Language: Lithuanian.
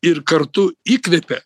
ir kartu įkvepia